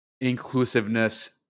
inclusiveness